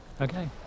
Okay